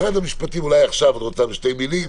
משרד המשפטים אולי עכשיו את רוצה בשתי מילים?